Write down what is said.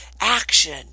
action